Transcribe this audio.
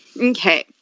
Okay